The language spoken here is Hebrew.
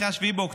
אחרי 7 באוקטובר,